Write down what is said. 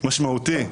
משמעותי,